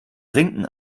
trinken